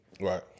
Right